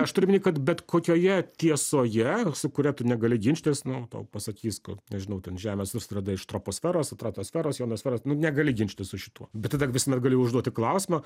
aš turiu omeny kad bet kokioje tiesoje su kuria tu negali ginčytis nu tau pasakys ka nežinau ten žemė susideda iš troposferos stratosferos jonosferos nu negali ginčytis su šituo bet tada visuomet gali užduoti klausimą